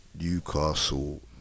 Newcastle